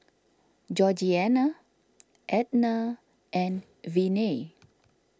Georgeanna Ednah and Viney